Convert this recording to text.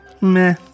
Meh